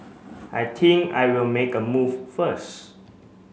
I think I will make a move first